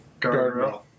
guardrail